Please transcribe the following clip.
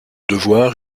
devoir